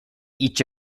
each